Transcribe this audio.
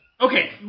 Okay